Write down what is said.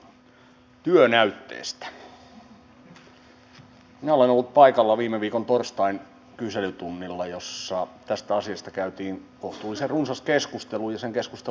minä olen ollut paikalla viime viikon torstain kyselytunnilla jolla tästä asiasta käytiin kohtuullisen runsas keskustelu